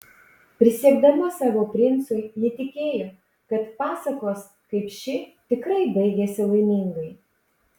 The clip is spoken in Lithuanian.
prisiekdama savo princui ji tikėjo kad pasakos kaip ši tikrai baigiasi laimingai